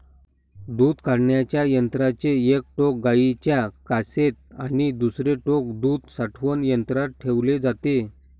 दूध काढण्याच्या यंत्राचे एक टोक गाईच्या कासेत आणि दुसरे टोक दूध साठवण पात्रात ठेवले जाते